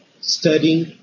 studying